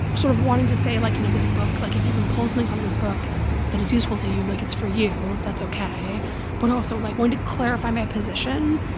sort of wanting to say, like, you know, this book like, if you can pull something from this book that is useful to you, like, it's for you. that's ok but also, like, wanting to clarify my position,